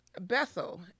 Bethel